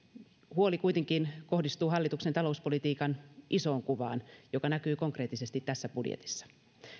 huoli kuitenkin kohdistuu hallituksen talouspolitiikan isoon kuvaan joka näkyy konkreettisesti tässä budjetissa